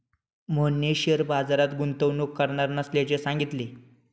मोहनने शेअर बाजारात गुंतवणूक करणार नसल्याचे सांगितले